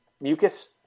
mucus